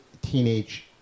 teenage